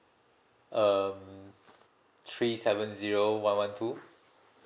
um three seven zero one one two